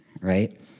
right